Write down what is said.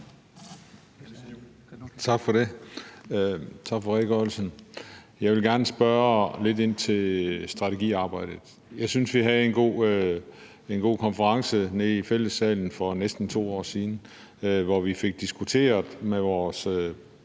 Tak for det. Tak for redegørelsen. Jeg vil gerne spørge lidt ind til strategiarbejdet. Jeg synes, vi havde en god konference nede i Fællessalen for næsten 2 år siden, hvor vi fik diskuteret med vores